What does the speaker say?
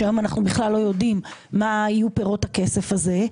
כשהיום אנחנו בכלל לא יודעים מה יהיו פירות הכסף הזה,